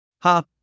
Ha